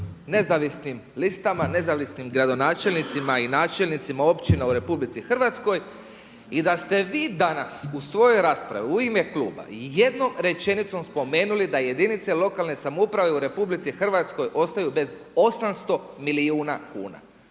nezavisnim listama, nezavisnim gradonačelnicima i načelnicima općina u RH i da ste vi danas u svojoj raspravi u ime kluba jednom rečenicom spomenuli da jedinice lokalne samouprave u RH ostaju bez 800 milijuna kuna.